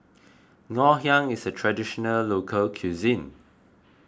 Ngoh Hiang is a Traditional Local Cuisine